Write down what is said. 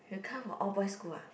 you come from all boys school ah